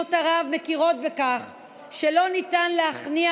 מדינות ערב מכירות בכך שלא ניתן להכניע